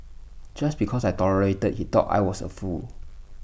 just because I tolerated he thought I was A fool